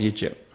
Egypt